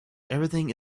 everything